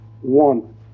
one